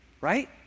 right